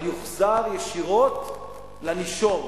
אבל יוחזר ישירות לנישום,